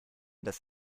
dass